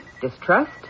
distrust